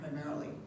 primarily